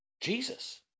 Jesus